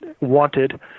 wanted